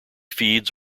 feeds